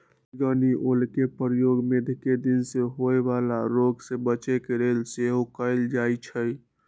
बइगनि ओलके प्रयोग मेघकें दिन में होय वला रोग से बच्चे के लेल सेहो कएल जाइ छइ